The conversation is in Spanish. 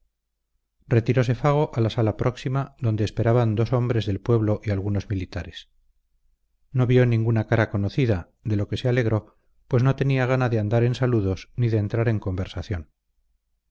retirose fago a la sala próxima donde esperaban dos hombres del pueblo y algunos militares no vio ninguna cara conocida de lo que se alegró pues no tenía gana de andar en saludos ni de entrar en conversación